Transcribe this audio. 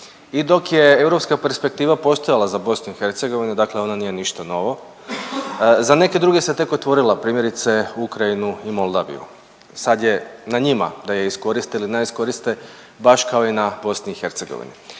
I dok je europska perspektiva postojala za BiH, dakle ona nije ništa novo, za neke druge se tek otvorila, primjerice Ukrajinu i Moldaviju, sad je na njima da je iskoriste ili ne iskoriste baš kao i na BiH.